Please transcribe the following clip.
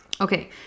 Okay